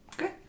Okay